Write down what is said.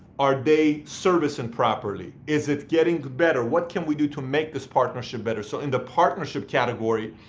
are they servicing properly? is it getting better? what can we do to make this partnership better? so in the partnership category,